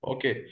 Okay